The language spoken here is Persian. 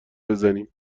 بزنیم